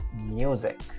music